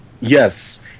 Yes